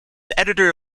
editor